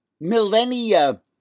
millennia